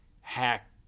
hack